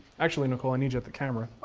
actually, nicole, i need ya at the camera.